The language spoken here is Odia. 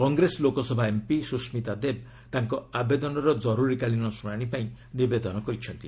କଂଗ୍ରେସ ଲୋକସଭା ଏମ୍ପି ଶୁସ୍କିତା ଦେବ୍ ତାଙ୍କ ଆବେଦନର ଜରୁରୀକାଳିନୀ ଶୁଣାଣିପାଇଁ ନିବେଦନ କରିଛନ୍ତି